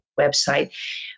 website